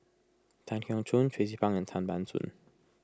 Tan Keong Choon Tracie Pang and Tan Ban Soon